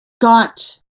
got